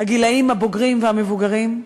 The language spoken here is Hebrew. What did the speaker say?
הגילאים הבוגרים והמבוגרים,